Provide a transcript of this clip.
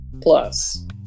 plus